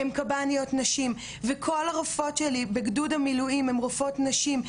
הן קב"ניות נשים וכל הרופאות שלי בגדוד המילואים הן רופאות נשים,